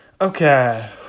Okay